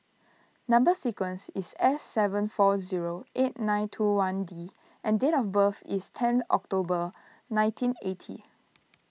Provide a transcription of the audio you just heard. Number Sequence is S seven four zero eight nine two one D and date of birth is ten October nineteen eighty